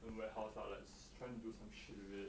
our warehouse lah like trying to do some shit with it